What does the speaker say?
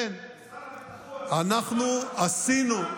אנחנו עשינו,